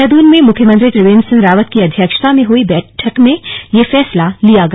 देहराद्रन में मुख्यमंत्री त्रिवेंद्र सिंह रावत की अध्यक्षता में हई कैबिनेट की बैठक में यह फैसला लिया गया